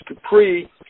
Capri